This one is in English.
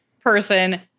person